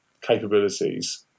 capabilities